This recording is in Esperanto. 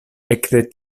ekde